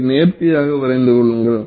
இதை நேர்த்தியாக வரைந்து கொள்ளுங்கள்